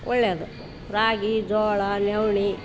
ಒಳ್ಳೇದು ರಾಗಿ ಜೋಳ ನವ್ಣೆ